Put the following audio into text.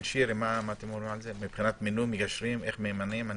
שירי, יש רשימה?